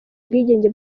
ubwigenge